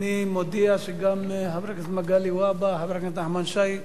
אני מודיע שגם חבר הכנסת מגלי והבה וחבר הכנסת נחמן שי ידברו.